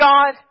God